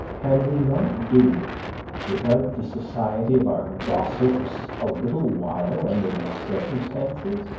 can we not do without the society of our gossips a little while under these circumstances